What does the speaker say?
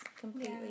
completely